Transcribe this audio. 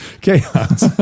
Chaos